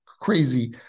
crazy